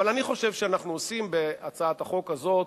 אבל אני חושב שאנחנו עושים בהצעת החוק הזאת,